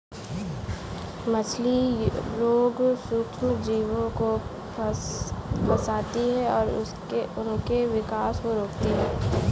मछली रोग सूक्ष्मजीवों को फंसाती है और उनके विकास को रोकती है